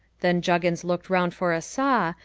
then juggins looked round for a saw,